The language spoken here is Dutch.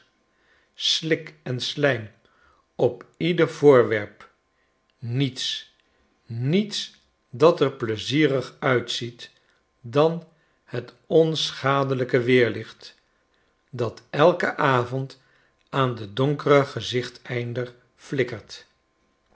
slik en slijm op ieder voorwerp niets niets dat er plezierig uitziet dan het onschadelijke weerlicht dat elken avond aan den donkeren gezichteinder flikkert